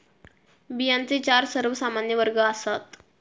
बियांचे चार सर्वमान्य वर्ग आसात